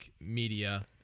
media